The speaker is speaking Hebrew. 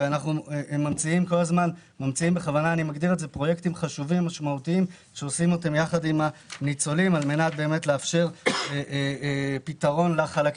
ולכן אנחנו מייצרים פרויקטים חשובים ומשמעותיים שנועדו לאפשר פתרון לחלק